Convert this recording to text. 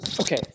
Okay